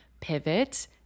pivot